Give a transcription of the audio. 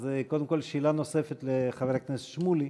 אז קודם כול, שאלה נוספת לחבר הכנסת שמולי.